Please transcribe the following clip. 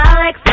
Alex